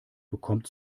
bekommt